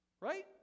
right